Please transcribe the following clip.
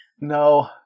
No